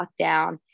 lockdown